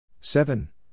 seven